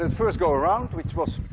and first go around, which was